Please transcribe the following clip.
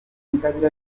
ingabire